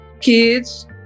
kids